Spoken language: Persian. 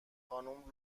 خانم